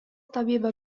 طبيبة